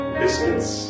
biscuits